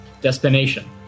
destination